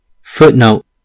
Footnote